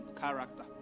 character